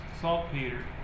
saltpeter